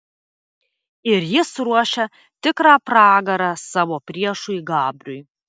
ir jis ruošia tikrą pragarą savo priešui gabriui